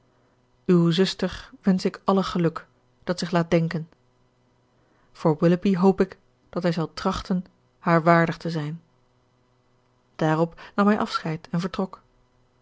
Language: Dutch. uw zuster wensch ik alle geluk dat zich laat denken voor willoughby hoop ik dat hij zal trachten haar waardig te zijn daarop nam hij afscheid en vertrok